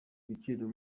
biciro